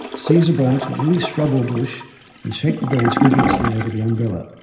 seize a branch on any shrub or bush and shake the branch vigorously over the umbrella.